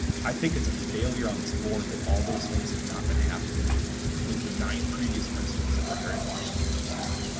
i think it's a failure on this board that all those things have not been happening with the nine previous principals that were hired at washington middle school.